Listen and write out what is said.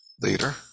Later